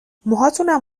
موهاتونم